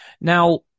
Now